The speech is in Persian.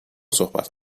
صحبت